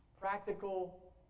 Practical